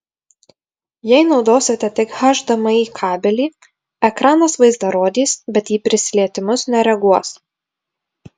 jei naudosite tik hdmi kabelį ekranas vaizdą rodys bet į prisilietimus nereaguos